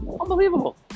Unbelievable